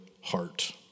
heart